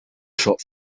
shot